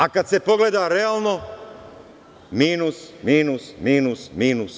A kad se pogleda realno minus, minus, minus, minus.